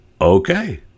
Okay